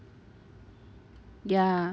ya